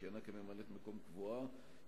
שכיהנה כממלאת-מקום קבועה,